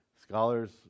scholars